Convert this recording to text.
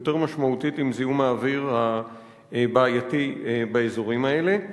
יותר משמעותית עם זיהום האוויר הבעייתי באזורים האלה.